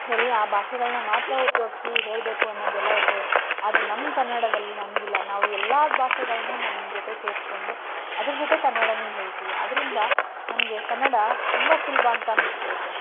ಬರೀ ಆ ಭಾಷೆಗಳನ್ನ ಮಾತ್ರ ಉಪಯೋಗ್ಸಿ ಹೇಳಬೇಕು ಅನ್ನೋದೆಲ್ಲ ಇರ್ತದೆ ಆದರೆ ನಮ್ಮ ಕನ್ನಡದಲ್ಲಿ ಹಾಗಿಲ್ಲ ನಾವು ಎಲ್ಲ ಭಾಷೆಗಳನ್ನೂ ನಮ್ಮ ಜೊತೆ ಸೇರಿಸ್ಕೊಂಡು ಅದರ ಜೊತೆ ಕನ್ನಡವೂ ಹೇಳ್ತೀವಿ ಅದರಿಂದ ನಮಗೆ ಕನ್ನಡ ತುಂಬ ಸುಲಭ ಅಂತ ಅನ್ನಿಸಿಬಿಡುತ್ತೆ